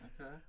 Okay